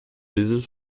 baisers